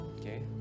Okay